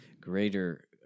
greater